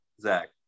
Zach